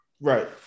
Right